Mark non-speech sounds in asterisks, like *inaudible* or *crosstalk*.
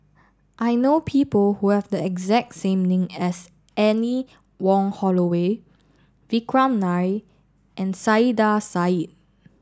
I know people who have the exact name as Anne Wong Holloway Vikram Nair and Saiedah *unintelligible*